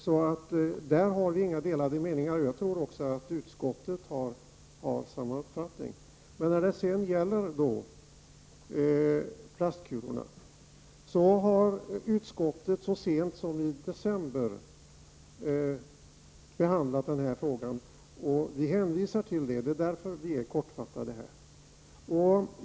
På den punkten råder alltså inga delade meningar. Jag tror också att utskottet har samma uppfattning. Men när det sedan gäller plastkulorna, så har utskottet så sent som i december förra året behandlat denna fråga. Vi hänvisar nu till detta. Därför är vi något kortfattade.